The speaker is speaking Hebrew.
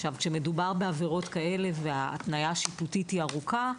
כשמדובר בעבירות כאלה וההתניה השיפוטית היא ארוכה,